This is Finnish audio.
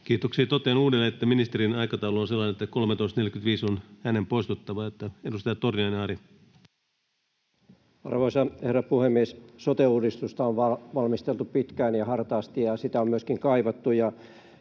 Kiitoksia. — Totean uudelleen, että ministerin aikataulu on sellainen, että 13.45 on hänen poistuttava. — Edustaja Torniainen, Ari. Arvoisa herra puhemies! Sote-uudistusta on valmisteltu pitkään ja hartaasti, ja sitä on myöskin kaivattu,